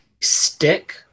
stick